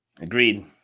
Agreed